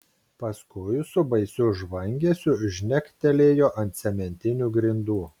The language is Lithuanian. paskui su baisiu žvangesiu žnektelėjo ant cementinių grindų